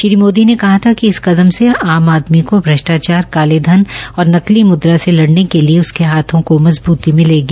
श्री मोदी ने कहा था कि इस कदम से आम आदमी को भ्रष्टाचार कालेधन और नकली मुद्रा से लड़ने के लिए उसके हाथों को मजबूती मिलेगी